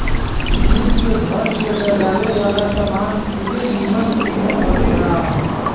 jute से घर के सजावे वाला सामान खुबे निमन निमन बनेला